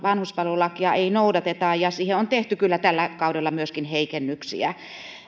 vanhuspalvelulakia ei noudateta ja ja siihen on tehty kyllä tällä kaudella myöskin heikennyksiä